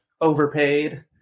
overpaid